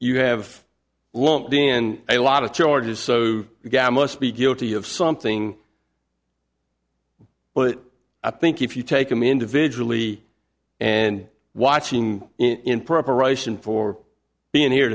you have long been a lot of charges so a gal must be guilty of something but i think if you take them individually and watching in preparation for being here